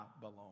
belong